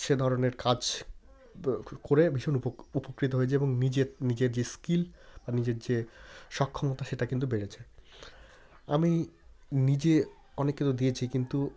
সে ধরনের কাছ করে ভীষণ উপকৃত হয়েছি এবং নিজের নিজের যে স্কিল আর নিজের যে সক্ষমতা সেটা কিন্তু বেড়েছে আমি নিজে অনেককে তো দিয়েছি কিন্তু